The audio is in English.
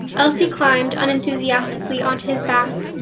elsie climbed unenthusiastically onto his back,